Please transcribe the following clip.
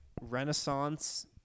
renaissance